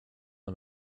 him